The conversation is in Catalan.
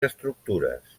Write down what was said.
estructures